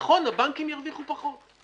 נכון, הבנקים ירוויחו פחות.